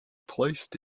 placed